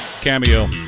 cameo